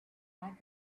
dragons